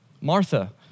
Martha